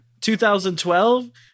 2012